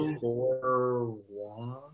four-one